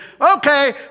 okay